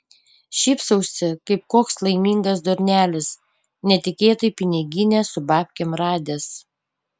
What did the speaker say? šypsausi kaip koks laimingas durnelis netikėtai piniginę su babkėm radęs